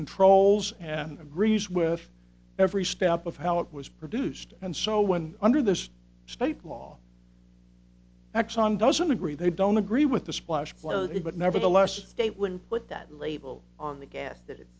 controls and agrees with every step of how it was produced and so when under this state law exxon doesn't agree they don't agree with the splash clothing but nevertheless they when put that label on the gas that